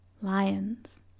Lions